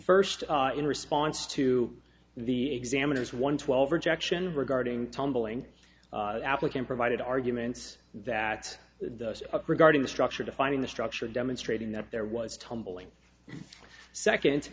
first in response to the examiners one twelve rejection regarding tumbling applicant provided arguments that the regarding the structure defining the structure demonstrating that there was tumbling second